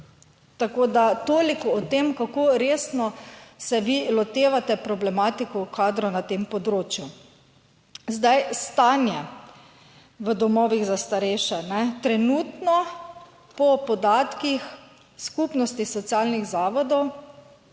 Tako da toliko o tem, kako resno se vi lotevate problematiko kadrov na tem področju. Stanje v domovih za starejše trenutno po podatkih Skupnosti socialnih zavodov